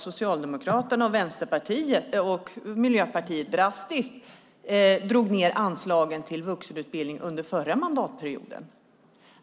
Socialdemokraterna och Miljöpartiet drog under förra mandatperioden drastiskt ned anslaget till vuxenutbildningen.